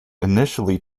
initially